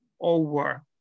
over